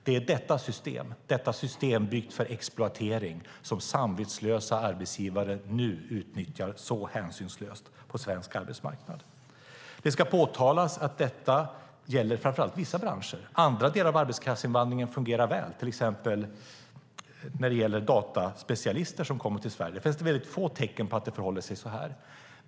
Det är detta system byggt för exploatering som samvetslösa arbetsgivare nu utnyttjar så hänsynslöst på svensk arbetsmarknad. Det ska påtalas att detta gäller framför allt vissa branscher. Andra delar av arbetskraftsinvandringen fungerar väl. När det gäller till exempel dataspecialister som kommer till Sverige finns det väldigt få tecken på att det förhåller sig så här.